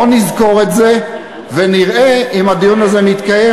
בוא נזכור את זה ונראה אם הדיון הזה מתקיים.